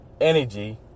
energy